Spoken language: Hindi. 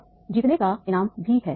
अब जीतने का इनाम भी है